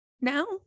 now